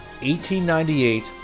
1898